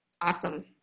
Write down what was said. awesome